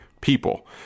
people